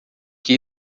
que